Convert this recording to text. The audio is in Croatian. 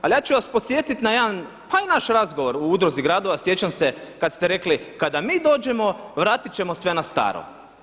Ali ja ću vas podsjetiti na jedan pa i naš razgovor u Udruzi gradova, sjećam se kada ste rekli, kada mi dođemo vratiti ćemo sve na staro.